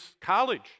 college